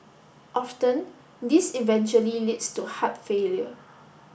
often this eventually leads to heart failure